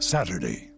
Saturday